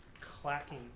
clacking